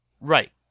Right